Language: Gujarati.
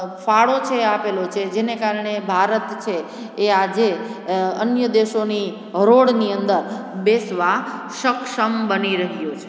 ફાળો છે આપેલો છે જેને કારણે ભારત છે એ આજે અન્ય દેશોની હરોળની અંદર બેસવા સક્ષમ બની રહ્યો છે